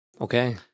Okay